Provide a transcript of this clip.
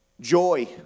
Joy